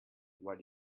what